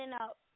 up